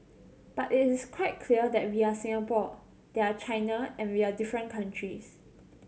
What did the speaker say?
but it is quite clear that we are Singapore they are China and we are different countries